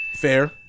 Fair